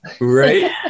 Right